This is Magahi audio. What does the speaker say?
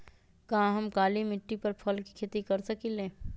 का हम काली मिट्टी पर फल के खेती कर सकिले?